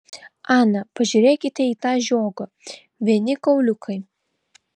ana pažiūrėkite į tą žiogą vieni kauliukai